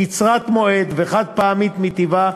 קצרת מועד וחד-פעמית מטבעה,